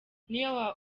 niyo